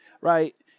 right